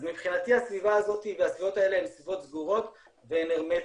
אז מבחינתי הסביבה הזאת והסביבות האלה הן סביבות סגורות והן הרמטיות.